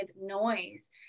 noise